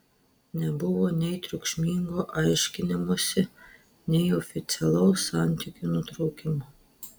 nebuvo nei triukšmingo aiškinimosi nei oficialaus santykių nutraukimo